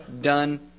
Done